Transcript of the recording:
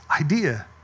idea